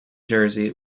jersey